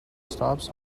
stops